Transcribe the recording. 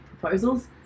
proposals